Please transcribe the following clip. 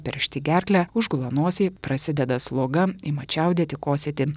peršti gerklę užgula nosį prasideda sloga ima čiaudėti kosėti